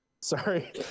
Sorry